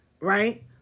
right